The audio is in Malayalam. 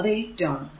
അത് 8 ആണ്